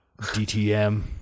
DTM